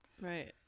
Right